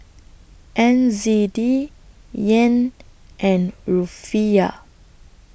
N Z D Yen and Rufiyaa